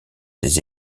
des